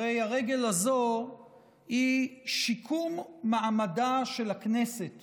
הרי הרגל הזו היא שיקום מעמדה של הכנסת